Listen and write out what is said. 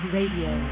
Radio